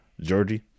Georgie